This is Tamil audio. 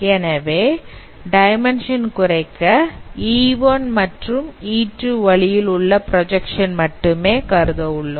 எனவே டைமென்ஷன் குறைக்க e1 மற்றும் e2 வழியில் உள்ள பிராஜக்சன் மட்டுமே கருத உள்ளோம்